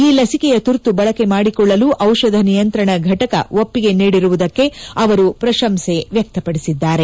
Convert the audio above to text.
ಈ ಲಸಿಕೆಯ ತುರ್ತು ಬಳಕೆ ಮಾದಿಕೊಳ್ಳಲು ಔಷಧ ನಿಯಂತ್ರಣ ಘಟಕ ಒಪ್ಪಿಗೆ ನೀಡಿರುವುದಕ್ಕೆ ಅವರು ಪ್ರಶಂಸೆ ವ್ಯಕ್ತಪದಿಸಿದ್ದಾರೆ